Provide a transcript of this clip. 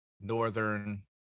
northern